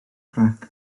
grac